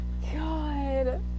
God